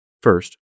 First